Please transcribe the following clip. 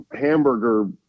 hamburger